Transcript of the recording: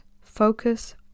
focus